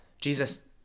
Jesus